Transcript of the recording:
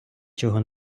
чого